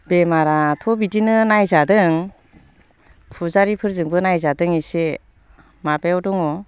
बेमाराथ' बिदिनो नायजादों फुजारिफोरजोंबो नायजादों एसे माबायाव दङ